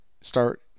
start